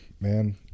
man